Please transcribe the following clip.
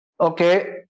Okay